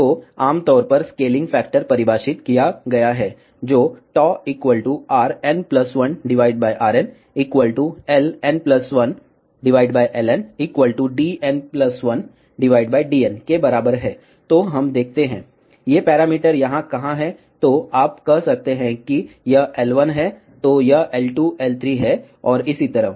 तो आम तौर पर स्केलिंग फैक्टर परिभाषित किया गया है जो Rn1RnLn1Lndn1dn के बराबर है तो हम देखते हैं ये पैरामीटर यहाँ कहाँ हैं तो आप कह सकते हैं कि यह L1 है तो यह L2 L3 है और इसी तरह